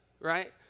right